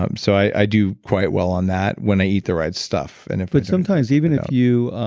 um so i do quite well on that, when i eat the right stuff, and if but sometimes, even if you.